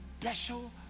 special